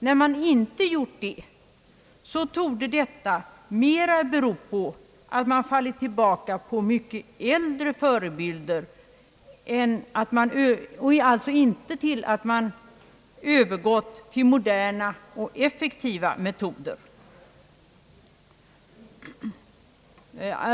När man inte gjort det, torde detta mera bero på att man fallit tillbaka på mycket äldre förebilder och alltså inte på att man övergått till moderna och effektivare metoder.